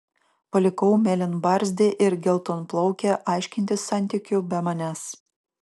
palikau mėlynbarzdį ir geltonplaukę aiškintis santykių be manęs